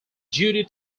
judy